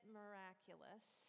miraculous